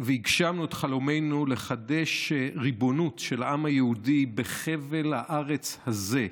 והגשמנו את חלומנו לחדש ריבונות של העם היהודי בחבל הארץ הזה,